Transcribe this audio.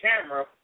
camera